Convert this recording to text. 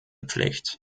pflicht